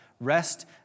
rest